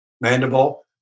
mandible